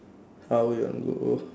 how you want go